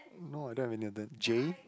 no I don't have any of them Jay